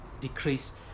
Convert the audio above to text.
decrease